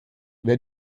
wer